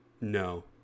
No